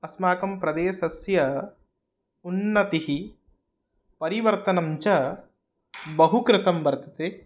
अस्माकं प्रदेशस्य उन्नतिः परिवर्तनं च बहु कृतं वर्तते